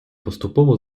поступово